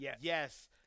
Yes